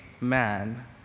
man